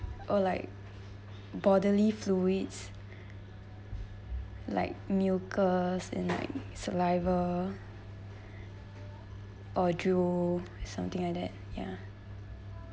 or like bodily fluids like mucus and like saliva or drool something like that ya